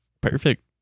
Perfect